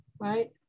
right